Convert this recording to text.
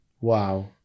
Wow